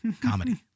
comedy